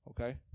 okay